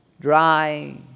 dry